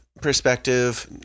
Perspective